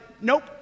nope